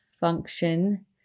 function